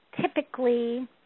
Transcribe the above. typically